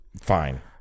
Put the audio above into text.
Fine